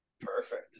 perfect